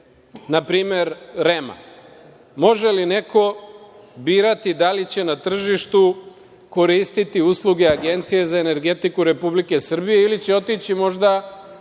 npr. REM-a? Može li neko birati da li će na tržištu koristiti usluge Agencije za energetiku Republike Srbije ili će otići možda